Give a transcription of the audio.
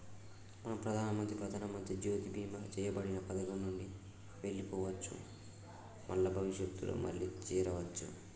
మనం ప్రధానమంత్రి ప్రధానమంత్రి జ్యోతి బీమా చేయబడిన పథకం నుండి వెళ్లిపోవచ్చు మల్ల భవిష్యత్తులో మళ్లీ చేరవచ్చు